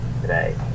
today